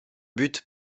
but